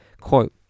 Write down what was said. Quote